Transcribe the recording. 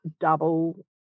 double